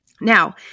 Now